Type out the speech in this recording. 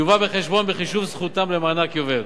יובא בחשבון בחישוב זכותם למענק יובל.